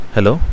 Hello